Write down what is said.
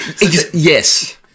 Yes